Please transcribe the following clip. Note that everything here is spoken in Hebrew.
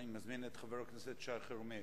אני מזמין את חבר הכנסת שי חרמש